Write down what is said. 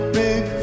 big